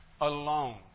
alone